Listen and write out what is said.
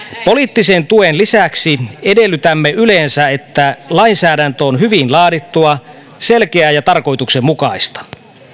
poliittisen tuen lisäksi edellytämme yleensä että lainsäädäntö on hyvin laadittua selkeää ja tarkoituksenmukaista